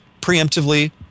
preemptively